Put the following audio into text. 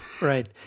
Right